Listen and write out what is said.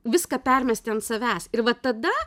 viską permesti ant savęs ir va tada